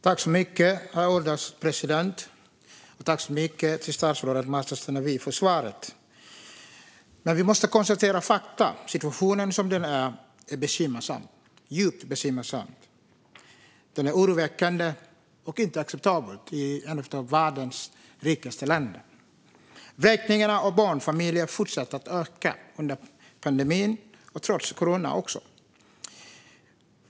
Herr ålderspresident! Tack, statsrådet Märta Stenevi, för svaret! Vi måste konstatera fakta. Situationen är djupt bekymmersam. Den är oroväckande och inte acceptabel i ett av världens rikaste länder. Vräkningarna av barnfamiljer fortsatte att öka under pandemin, trots corona.